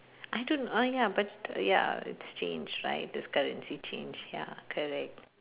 I don't uh ya but ya it's changed right there's currency change ya correct